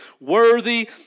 Worthy